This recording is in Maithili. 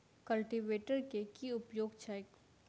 कल्टीवेटर केँ की उपयोग छैक?